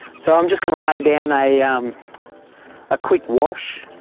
so i'm just going to lay down a um ah quick wash,